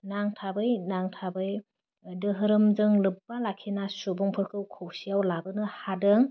नांथाबै नांथाबै धोहोरोमजों लोब्बा लाखिना सुबुंफोरखौ खौसेआव लाबोनो हादों